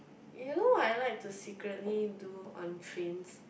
you know what I like to secretly do on trains